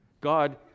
God